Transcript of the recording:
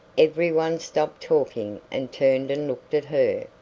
everyone stopped talking and turned and looked at her.